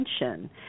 attention